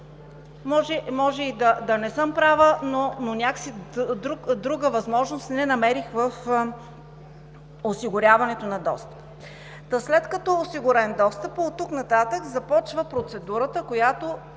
Може и да не съм права, но не намерих друга възможност в осигуряването на достъп. След като е осигурен достъп, оттам нататък започва процедурата, която